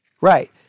Right